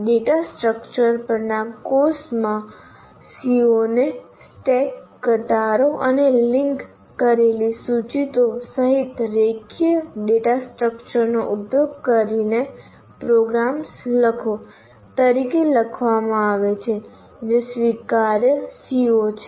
data structures પરના કોર્સમાં CO ને સ્ટેક કતારો અને લિંક કરેલી સૂચિઓ સહિત રેખીય ડેટા સ્ટ્રક્ચર્સનો ઉપયોગ કરીને પ્રોગ્રામ્સ લખો તરીકે લખવામાં આવે છે જે સ્વીકાર્ય CO છે